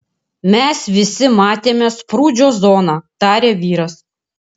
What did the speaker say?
mes visi matėme sprūdžio zoną tarė vyras